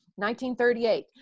1938